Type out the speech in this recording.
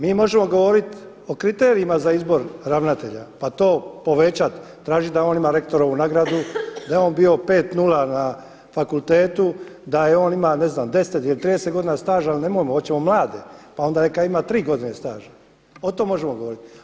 Mi možemo govoriti o kriterijima za izbor ravnatelja pa to povećati, tražiti da on ima rektorovu nagradu, da je on bio 5,0 na fakultetu, da je on imao ne znam 10 ili 30 godina staža ali nemojmo, hoćemo mlade, pa onda neka ima 3 godine staža, o tome možemo govoriti.